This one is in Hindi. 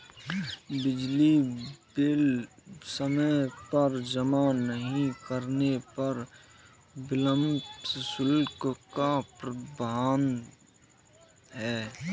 बिजली बिल समय पर जमा नहीं करने पर विलम्ब शुल्क का प्रावधान है